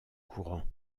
courants